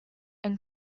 and